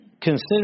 Consider